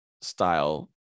style